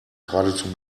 geradezu